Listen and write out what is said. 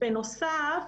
בנוסף,